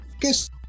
guess